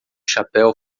chapéu